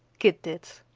kit did.